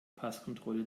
passkontrolle